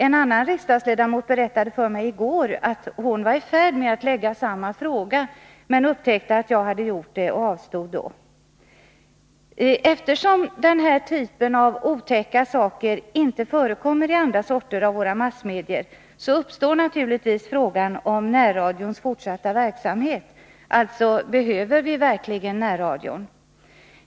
En annan riksdagsledamot berättade för mig i går att hon var i färd med att ställa en fråga om det här problemet men upptäckte att jag redan gjort det, och därför avstod hon. Eftersom den här typen av otäcka programinslag inte förekommer i andra slag av massmedier, uppkommer frågan om närradions fortsatta verksamhet. Man frågar: Behöver vi verkligen närradion?